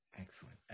excellent